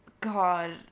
God